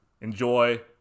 Enjoy